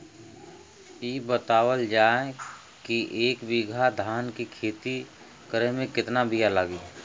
इ बतावल जाए के एक बिघा धान के खेती करेमे कितना बिया लागि?